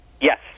Yes